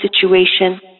situation